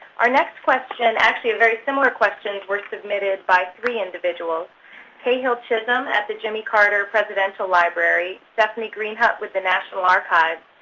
our next question actually very similar questions were submitted by three individuals kay hill chisholm at the jimmy carter presidential library, stephanie greenhut with the national archives,